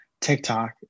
TikTok